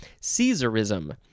Caesarism